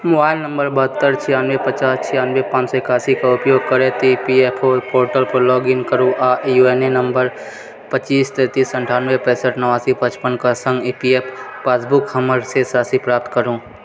mobile number बहत्तर छियानबे पचास छियानबे पाँच सए एकासी के उपयोग करैत E P F O portal पर लॉग इन करू आ यू ए एन नंबर पच्चीस तैतीस अट्ठानबे पैंसठि नवासी पचपन के सङ्ग ई पी एफ पासबुकके हमर शेष राशि प्राप्त करू